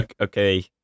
Okay